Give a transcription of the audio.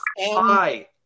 Hi